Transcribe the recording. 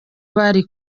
bari